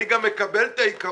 אני גם מקבל את העיקרון